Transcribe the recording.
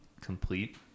complete